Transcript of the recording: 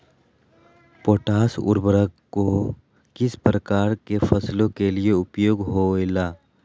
Potash उर्वरक को किस प्रकार के फसलों के लिए उपयोग होईला?